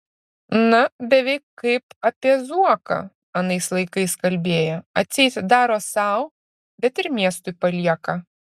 na beveik kaip apie zuoką anais laikais kalbėjo atseit daro sau bet ir miestui palieka